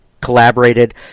collaborated